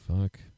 fuck